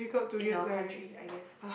in our country I guess